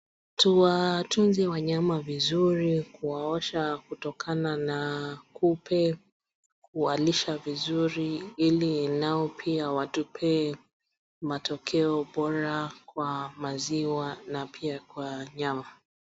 Tuwatuze wanyama vizuri, kuwaosha kutokana na kupe, kuwalisha vizuri ili nao pia watupee matokeo bora kwa maziwa na pia kwa nyama.